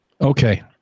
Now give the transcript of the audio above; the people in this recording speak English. Okay